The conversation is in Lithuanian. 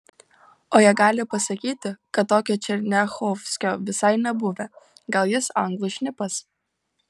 o jie gali pasakyti kad tokio černiachovskio visai nebuvę gal jis anglų šnipas